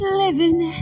living